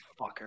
fucker